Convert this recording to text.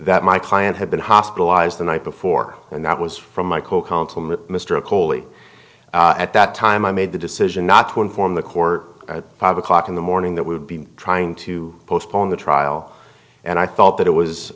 that my client had been hospitalized the night before and that was from my co counsel mr coley at that time i made the decision not to inform the court at five o'clock in the morning that we would be trying to postpone the trial and i thought that it was